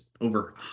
over